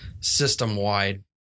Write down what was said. system-wide